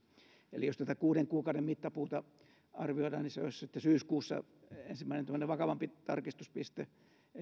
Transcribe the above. eli jos tätä kuuden kuukauden mittapuuta arvioidaan niin olisi sitten syyskuussa ensimmäinen tämmöinen vakavampi tarkistuspiste